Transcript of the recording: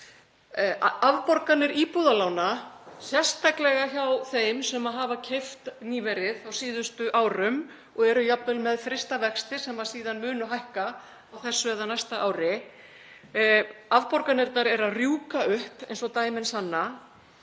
Afborganir íbúðalána, sérstaklega hjá þeim sem hafa keypt nýverið, á síðustu árum, og eru jafnvel með frysta vexti sem síðan munu hækka á þessu eða næsta ári, eru að rjúka upp eins og dæmin sanna.